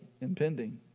impending